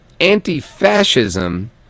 anti-fascism